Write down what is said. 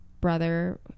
brother